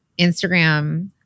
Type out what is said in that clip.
Instagram